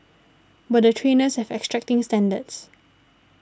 but the trainers have exacting standards